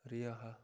रेहा हा